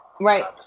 Right